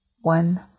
one